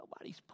Nobody's